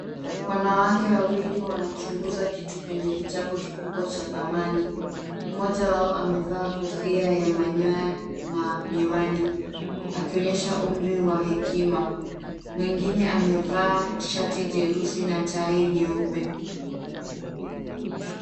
Wanawake wawili wanachunguza kitu kwenye kitabu kikubwa cha thamani. Mmoja wao amevaa kofia ya manyoya na miwani, akionyesha umri wa hekima. Mwengine amevaa shati jeusi na tai nyeupe.